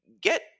get